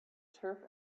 turf